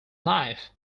knife